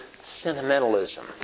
sentimentalism